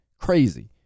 Crazy